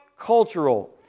cultural